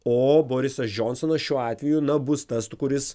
o borisas džonsonas šiuo atveju na bus tas kuris